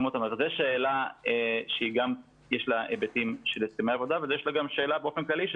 זו שאלה שיש לה גם היבטים של הסכמי עבודה ויש לה גם שאלה באופן כללי של